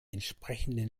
entsprechenden